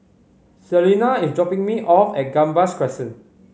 Selina is dropping me off at Gambas Crescent